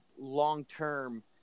long-term